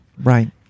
Right